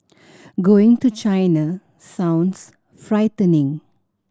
going to China sounds frightening